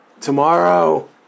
tomorrow